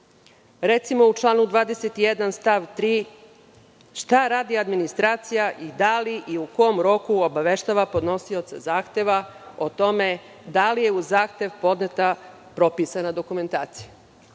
u članu 21. stav 3. šta radi administracija i da li i u kom roku obaveštava podnosioca zahteva o tome da li je uz zahtev podneta propisana dokumentacija.